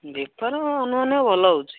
ବେପାର ଅନୁମାନ ଭଲ ହେଉଛି